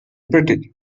pretty